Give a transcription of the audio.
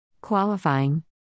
Qualifying